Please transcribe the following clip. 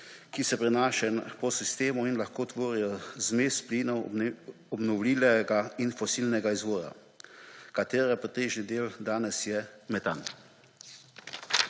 ki se prenašajo po sistemu in lahko tvorijo zmes plinov obnovljivega in fosilnega izvora, katere pretežni del danes je metan.